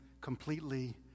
completely